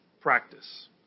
practice